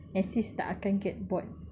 and sis tak akan get bored